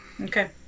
Okay